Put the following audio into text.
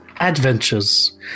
Adventures